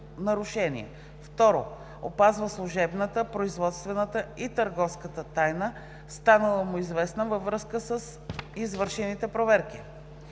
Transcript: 2. опазва служебната, производствената и търговската тайна, станала му известна във връзка с извършените проверки;